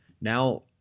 Now –